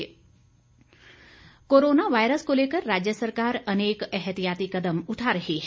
corona virus corona virus को लेकर राज्य सरकार अनेक एहतियाती कदम उठा रही है